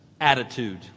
Attitude